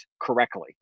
correctly